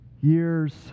years